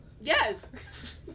Yes